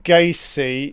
Gacy